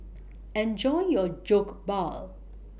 Enjoy your Jokbal